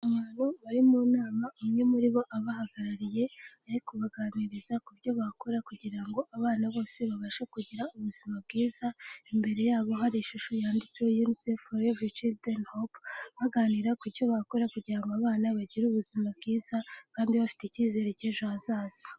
Abantu bari mu nama, umwe muri bo abahagarariye ari kubaganiriza ku byo bakora kugira ngo abana bose babashe kugira ubuzima bwiza. Imbere y'abo hari ishusho yanditseho Unicef for every children hop, baganira ku cyo bakora kugira ngo abana bagire ubuzima bwiza kandi bafite icyizere cy'ejo hazaza.